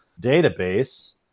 database